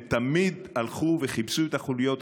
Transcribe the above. בקרוב תהיה כאן סוף-סוף דמוקרטיה.